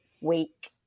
week